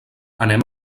anem